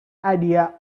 idea